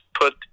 put